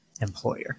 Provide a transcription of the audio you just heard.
employer